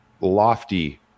lofty